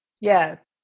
Yes